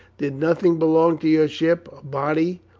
did nothing belonging to your ship, a body,